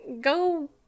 Go